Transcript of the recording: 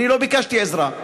אני לא ביקשתי עזרה.